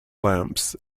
lamps